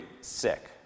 sick